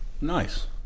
Nice